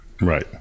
Right